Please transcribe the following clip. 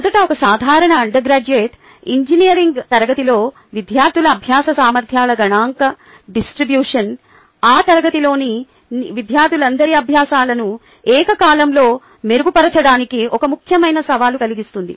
మొదట ఒక సాధారణ అండర్గ్రాడ్యుయేట్ ఇంజనీరింగ్ తరగతిలో విద్యార్థుల అభ్యాస సామర్ధ్యాల గణాంక డిస్ట్రిబ్యూషన్ ఆ తరగతిలోని విద్యార్థులందరి అభ్యాసాలను ఏకకాలంలో మెరుగుపరచడానికి ఒక ముఖ్యమైన సవాలును కలిగిస్తుంది